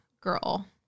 girl